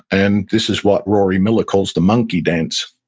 and this is what rory miller calls the monkey dance.